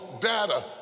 data